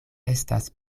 estas